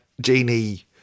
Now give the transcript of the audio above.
genie